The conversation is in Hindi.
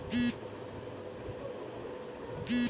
बैंक खाता खोलने के लिए क्या पैन कार्ड का होना ज़रूरी है?